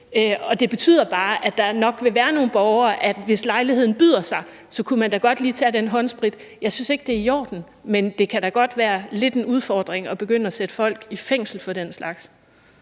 det betyder bare, at der nok vil være nogle borgere, som, hvis lejligheden byder sig, da godt lige kunne finde på at tage den håndsprit. Jeg synes ikke, det er i orden, men det kan da godt være lidt en udfordring at begynde at sætte folk i fængsel for den slags.